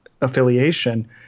affiliation